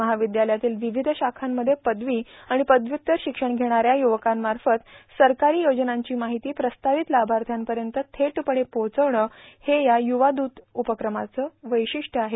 महाविद्यालयातील विविध शाखांमध्ये पदवी आणि पदव्युत्तर शिक्षण घेणाऱ्या युवकांमार्फत सरकारी योजनांची माहिती प्रस्तावित लाभार्थ्यांपर्यंत थेटपणे पोहचविणे हे युवा माहिती दूत उपक्रमाचे वैशिष्ट आहे